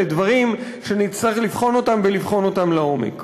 אלה דברים שנצטרך לבחון אותם ולבחון אותם לעומק.